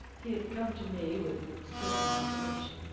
he had come to me with certain information.